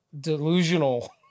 delusional